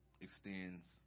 extends